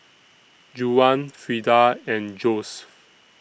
Juwan Frieda and Joesph